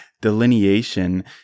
delineation